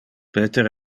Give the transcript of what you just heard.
peter